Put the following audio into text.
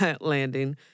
landing